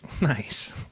Nice